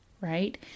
right